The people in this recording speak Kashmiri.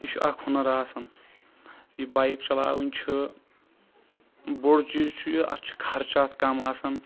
یہِ چھُ اکھ ہُنراکھ آسان یہِ بایِک چلاوٕنۍ چھِ بوٚڑ چیٖز چھُ یہِ اَتھ چھِ خرچات کَم آسان